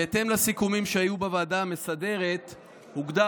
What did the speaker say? בהתאם לסיכומים שהיו בוועדה המסדרת הוגדר